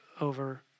over